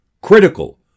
critical